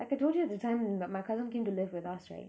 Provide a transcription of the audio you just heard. like I told you that time when like my cousin came to live with us right